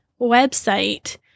website